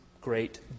great